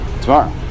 tomorrow